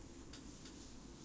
wild wild wet ah